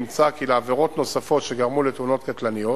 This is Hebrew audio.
נמצא כי לעבירות נוספות שגרמו לתאונות קטלניות